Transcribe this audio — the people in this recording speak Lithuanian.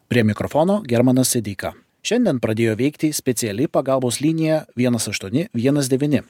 prie mikrofono germanas sedeika šiandien pradėjo veikti speciali pagalbos linija vienas aštuoni vienas devyni